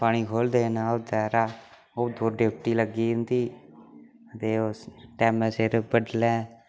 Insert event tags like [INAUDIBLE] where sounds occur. पानी खोलदे न [UNINTELLIGIBLE] उत्थै ड्यूटी लग्गी दी इंदी ते उस टैमां सिर बड़लै